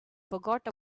forgot